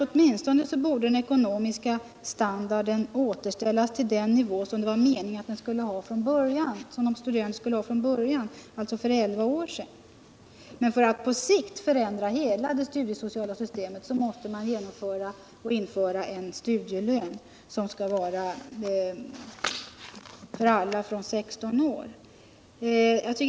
Åtminstone borde den ekonomiska standarden för de studerande återställas till den nivå som var tänkt från början, alltså för elva år sedan. Men för att på sikt förändra hela det studiesociala systemet måste man införa en studielön för alla från 16 år.